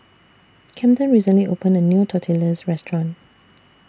Kamden recently opened A New Tortillas Restaurant